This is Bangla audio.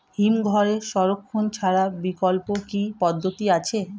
হিমঘরে সংরক্ষণ ছাড়া বিকল্প কি পদ্ধতি আছে?